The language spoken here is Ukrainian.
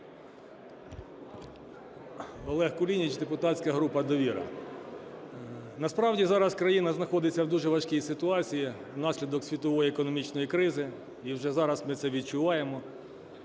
Олег Кулініч, депутатська група "Довіра". Насправді зараз країна знаходиться в дуже важкій ситуації внаслідок світової економічної кризи, і вже зараз ми це відчуваємо.